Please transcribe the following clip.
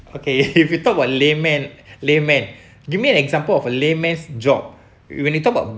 okay if you talk about layman layman give me an example of a layman's job when you talk about